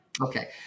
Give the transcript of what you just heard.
Okay